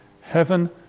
heaven